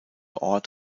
ort